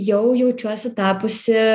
jau jaučiuosi tapusi